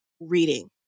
reading